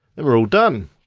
then we're all done.